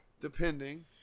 depending